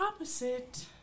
opposite